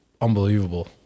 unbelievable